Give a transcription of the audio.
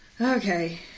Okay